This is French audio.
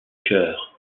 cœur